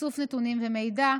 איסוף נתונים ומידע,